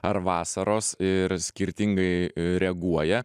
ar vasaros ir skirtingai reaguoja